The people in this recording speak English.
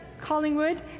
Collingwood